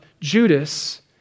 Judas